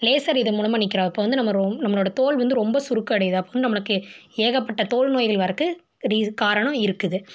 laser இது மூலமாக நிற்கிற அப்போ வந்து நம்ம வந்து நம்மளோடய தோல் வந்து ரொம்ப சுருக்கம் அடையுதா அப்படினு நம்மளுக்கு ஏகப்பட்ட தோல் நோய்கள் வர்றதுக்கு ரீஸ் காரணம் இருக்குது